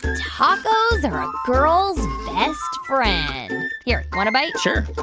tacos are a girl's best friend. here, want a bite? sure. i